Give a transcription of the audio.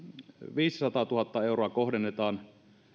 viisisataatuhatta euroa kohdennetaan